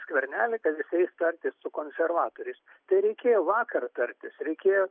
skvernelį kad jis eis tartis su konservatoriais tai reikėjo vakar tartis reikėjo